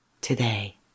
today